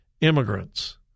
immigrants